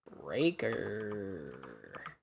Breaker